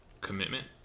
Commitment